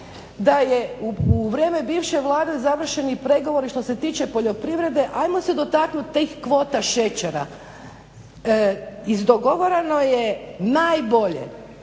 da je u vrijeme bivše Vlade završeni pregovori što se tiče poljoprivrede, ajmo se dotaknuti tih kvota šećera. Izdogovarano je najbolje